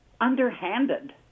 underhanded